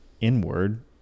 inward